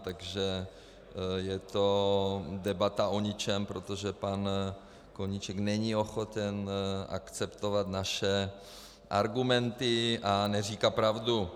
Takže je to debata o ničem, protože pan Koníček není ochoten akceptovat naše argumenty a neříká pravdu.